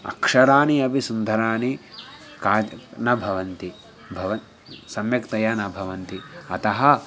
अक्षराणि अपि सुन्दराणि का न भवन्ति भव सम्यक्तया न भवन्ति अतः